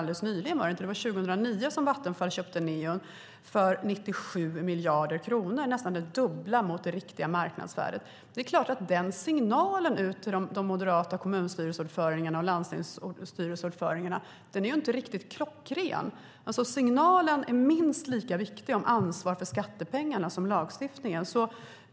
Det var 2009 som Vattenfall köpte Neon för 97 miljarder kronor, nästan det dubbla mot det riktiga marknadsvärdet. Det är klart att den signalen ut till de moderata kommunstyrelseordförandena och landstingsstyrelseordförandena inte är riktigt klockren. Signalen är minst lika viktig för ansvaret för skattepengarna som lagstiftningen.